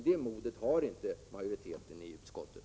Det modet har inte majoriteten i utskottet.